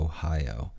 Ohio